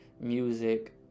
music